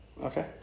Okay